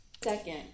Second